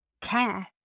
care